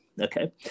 okay